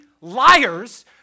liars